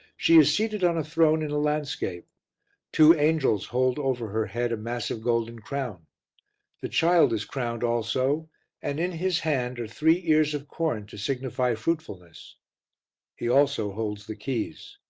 she is seated on a throne in a landscape two angels hold over her head a massive golden crown the child is crowned also and in his hand are three ears of corn, to signify fruitfulness he also holds the keys.